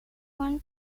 one